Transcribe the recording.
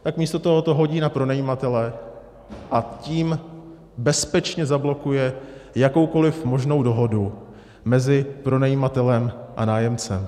Tak místo toho to hodí na pronajímatele, a tím bezpečně zablokuje jakoukoliv možnou dohodu mezi pronajímatelem a nájemcem.